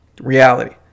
reality